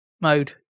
mode